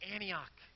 Antioch